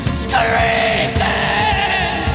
screaming